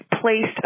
placed